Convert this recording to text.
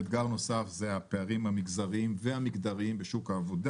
אתגר נוסף זה הפערים המגזריים והמגדריים בשוק העבודה.